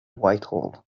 whitehall